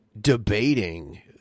debating